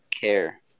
Care